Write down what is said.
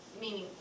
meaning